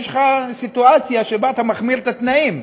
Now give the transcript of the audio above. יש לך סיטואציה שבה אתה מחמיר את התנאים,